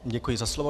Děkuji za slovo.